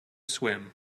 swim